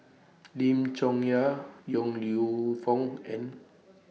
Lim Chong Yah Yong Lew Foong and